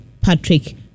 Patrick